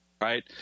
right